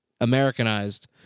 Americanized